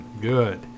Good